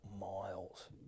miles